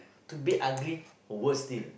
to be ugly worse still